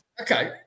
Okay